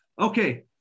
Okay